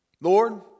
Lord